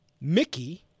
Mickey